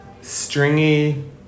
stringy